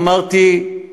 אמרתי: